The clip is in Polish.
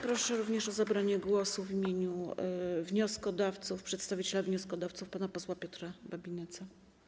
Proszę również o zabranie głosu w imieniu wnioskodawców przedstawiciela wnioskodawców pana posła Piotra Babinetza.